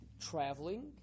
traveling